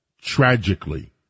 tragically